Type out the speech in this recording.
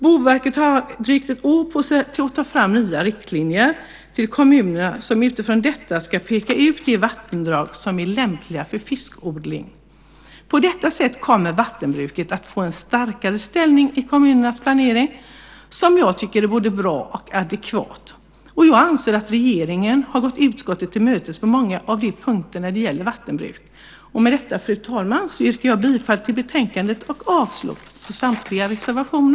Boverket har ett drygt år på sig att ta fram nya riktlinjer till kommunerna, som utifrån dessa ska peka ut de vattendrag som är lämpliga för fiskodling. På detta sätt kommer vattenbruket att få en starkare ställning i kommunernas planering, vilket jag tycker är både bra och adekvat. Jag anser att regeringen på många av de punkter som gäller vattenbruk gått utskottet till mötes. Med detta, fru talman, yrkar jag bifall till utskottets förslag i betänkandet och avslag på samtliga reservationer.